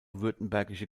württembergische